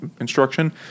instruction